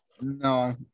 No